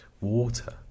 water